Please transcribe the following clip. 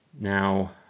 Now